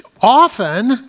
often